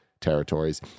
territories